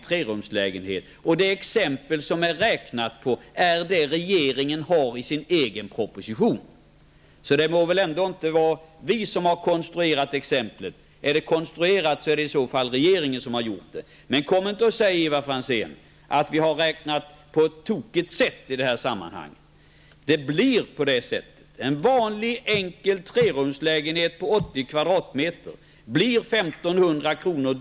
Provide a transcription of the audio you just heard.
Det exempel som vi räknat på är det som regeringen har i sin egen proposition. Så det går väl ändå inte att säga att vi har konstruerat exemplet. Är exemplet konstruerat, så är det regeringen som har gjort konstruktionen. Men kom inte och säg, Ivar Franzén, att vi har räknat på ett tokigt sätt i det här sammanhanget. Det blir så här: kvadratmeter blir 1 500 kr.